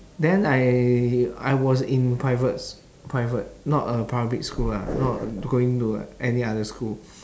then I I was in private s~ private not a public school lah not going to any other school